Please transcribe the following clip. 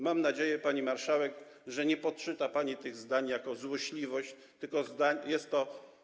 Mam nadzieję, pani marszałek, że nie poczyta pani tych zdań jako złośliwość, tylko jest to.